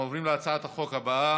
אנחנו עוברים להצעת החוק הבאה,